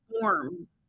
forms